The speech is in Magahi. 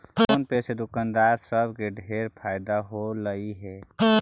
फोन पे से दुकानदार सब के ढेर फएदा होलई हे